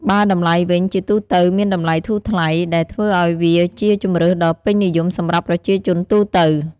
បើតម្លៃវិញ ជាទូទៅមានតម្លៃធូរថ្លៃ ដែលធ្វើឲ្យវាជាជម្រើសដ៏ពេញនិយមសម្រាប់ប្រជាជនទូទៅ។